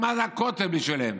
מה זה הכותל בשבילם.